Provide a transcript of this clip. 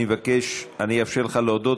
אני אאפשר לך להודות,